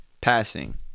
passing